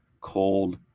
cold